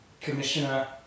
commissioner